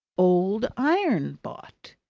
old iron bought.